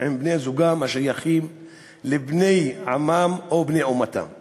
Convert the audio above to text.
כדי לקבל את הסכומים האלה וכדי לעשות את הדברים.